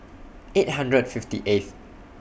eight hundred and fifty eighth